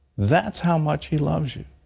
that's how much he loves you.